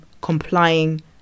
complying